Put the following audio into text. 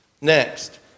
Next